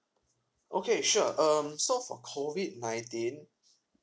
okay sure um so for COVID nineteen